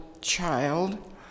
child